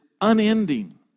unending